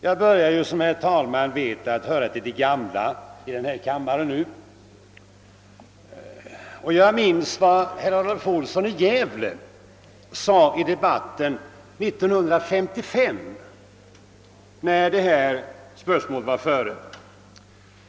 Jag börjar ju som herr talmannen vet höra till de gamla i denna kammare och jag minns vad herr Adolv Olsson i Gävle sade i debatten 1955 när detta spörsmål var före.